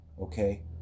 Okay